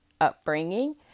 upbringing